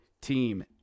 team